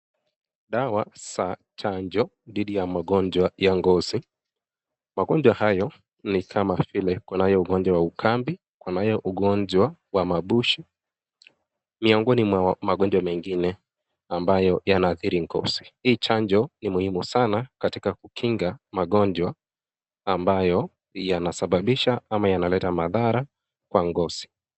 Dawa za chanjo dhidi ya magonjwa ya ngozi. Magonjwa hayo ni kama vile kunayo ungonjwa ya ukambi, kunayo ugonjwa wa mabushu miongoni mwa magonjwa mengine ambayo yanaathiri ngozi. Hii chanjo ni muhimu sana katika kukinga magonjwa ambayo yanasababisha ama yanaleta madhara ya ngozi.